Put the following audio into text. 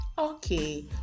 okay